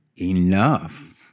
enough